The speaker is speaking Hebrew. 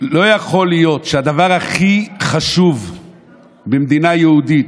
לא יכול להיות שהדבר הכי חשוב במדינה יהודית,